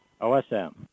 OSM